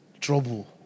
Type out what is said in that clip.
Trouble